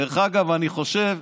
דרך אגב, אני חושב,